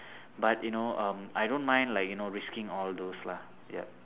but you know um I don't mind like you know risking all those lah ya